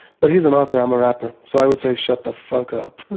but he's an author, i'm a rapper. so i would say shut the fuck up.